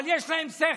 אבל יש להם שכל,